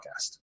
podcast